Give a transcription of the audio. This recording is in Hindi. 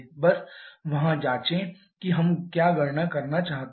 बस वहां जांचें कि हम क्या गणना करना चाहते हैं